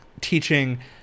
teaching